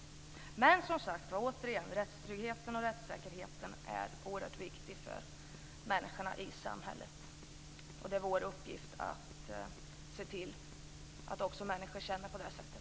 Men som sagt: Rättstryggheten och rättssäkerheten är oerhört viktiga för människorna i samhället. Det är vår uppgift att se till att människor också känner på det sättet.